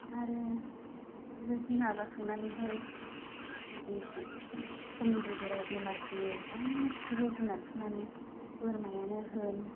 आरो बेबायदि माबाखांनानैहाय जुदि समनि गेजेराव बेमार फैयो गासैबो जुनारफोरनानो बोरमायानो होन